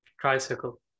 tricycle